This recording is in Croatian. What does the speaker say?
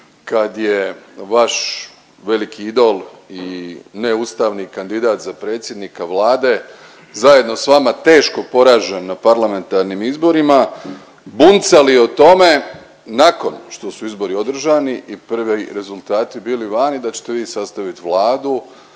kad je vaš veliki idol i neustavni kandidat za predsjednika Vlade zajedno s vama teško poražen na parlamentarnim izborima, buncali o tome nakon što su izbori održani i prvi rezultati bili vani, da ćete vi sastavit Vladu